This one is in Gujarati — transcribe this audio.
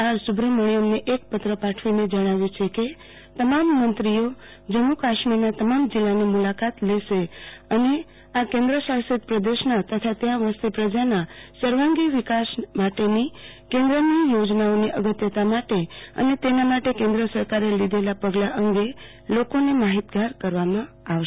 આર સુબ્રમા્યમને એક પત્ર પાઠવીને જણાવ્યું છે કે તમામ મંત્રીઓ જમ્મુ કાશ્મીરના તમામ જીલ્લાની મુલાકાત લેશે અને કેન્દ્રશાસિત પ્રદ્સેહના તથા ત્યાં વસતી પ્રજાના સર્વાંગી વિકાસ માટે કેન્દ્રની યોજનાઓની અગત્યતા માટે અને તેના માટે કેન્દ્ર સરકારે લીધેલા પગલા અંગે લોકોને માહિતગાર કરવામાં આવશે